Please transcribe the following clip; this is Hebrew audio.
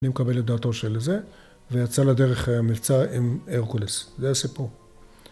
אני מקבל את דעתו של זה ויצא לדרך מלצה עם הרקולס. זה הסיפור